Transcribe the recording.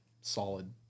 solid